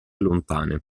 lontane